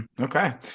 Okay